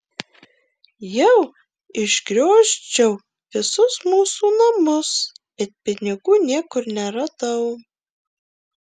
jau išgriozdžiau visus mūsų namus bet pinigų niekur neradau